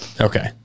Okay